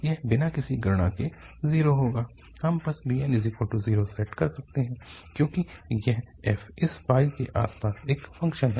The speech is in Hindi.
यह बिना किसी गणना के 0 होगा हम बस bn 0 सेट कर सकते हैं क्योंकि यह f इस के आसपास एक फ़ंक्शन है